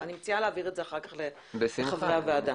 אני מציעה להעביר את זה אחר כך לידי חברי הוועדה